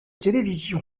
télévision